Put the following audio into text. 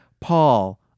Paul